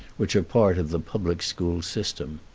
which are part of the public-school system.